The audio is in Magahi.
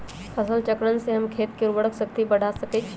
फसल चक्रण से हम खेत के उर्वरक शक्ति बढ़ा सकैछि?